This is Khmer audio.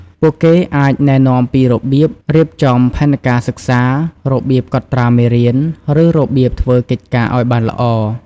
ពួកគេអាចណែនាំពីរបៀបរៀបចំផែនការសិក្សា របៀបកត់ត្រាមេរៀន ឬរបៀបធ្វើកិច្ចការឲ្យបានល្អ។